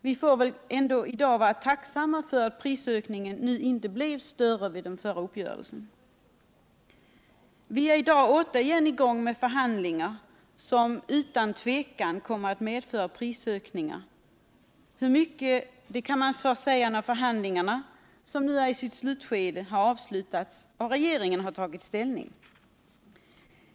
Vi får i dag ändå vara tackamma för att prisökningen vid den förra uppgörelsen inte blev större. Vi är i dag återigen i gång med förhandlingar som utan tvivel kommer att medföra prisökningar. Hur stora de blir kan man först säga när förhandlingarna — som nu är i sitt slutskede — har avslutats och regeringen har tagit ställning.